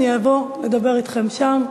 אני אבוא לדבר אתכם שם.